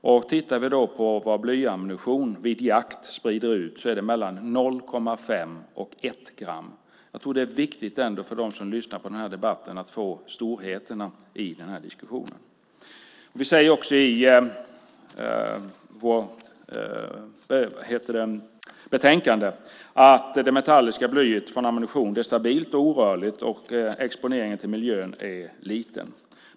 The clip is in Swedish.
Och den blyammunition som sprids ut vid jakt är mellan 0,5 och 1 gram. Jag tror att det är viktigt för dem som lyssnar på den här debatten att få reda på omfattningen. Vi säger också i betänkandet att det metalliska blyet från ammunition är stabilt och orörligt och att miljöns exponering är liten.